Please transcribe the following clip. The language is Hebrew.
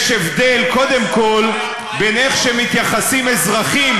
יש הבדל קודם כול בין איך שמתייחסים אזרחים